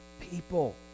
people